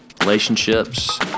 relationships